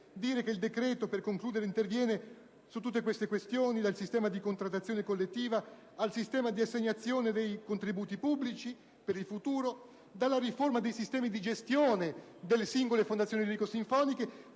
per concludere, che il decreto interviene su tutte queste questioni: dal sistema di contrattazione collettiva al sistema di assegnazione dei contributi pubblici, per il futuro, dalla riforma dei sistemi di gestione delle singole fondazioni lirico-sinfoniche